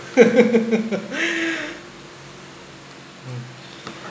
hmm